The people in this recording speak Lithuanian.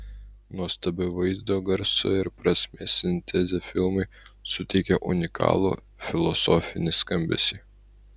nuostabi vaizdo garso ir prasmės sintezė filmui suteikia unikalų filosofinį skambesį